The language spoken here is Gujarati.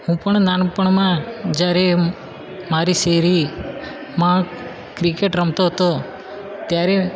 હું પણ નાનપણમાં જ્યારે મારી શેરીમાં ક્રિકેટ રમતો હતો ત્યારે